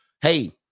Hey